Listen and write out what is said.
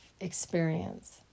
experience